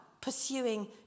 pursuing